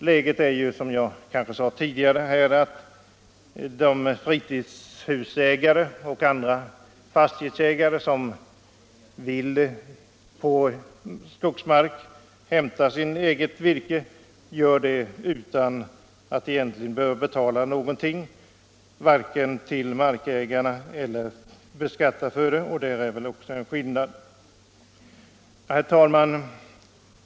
Läget är som jag sade tidigare att de fritidshusägare och andra fastighetsägare som vill på skogsmark hämta bränsle gör det oftast utan att behöva betala någonting till markägarna eller genom att beskattas för det. Där finns alltså en skillnad. Herr talman!